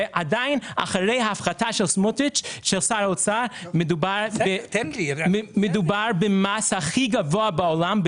עדיין אחרי ההפחתה של שר האוצר מדובר במס הכי גבוה בעולם,